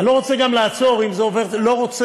אני גם לא רוצה לעצור, אם זה עובר, לא רוצה.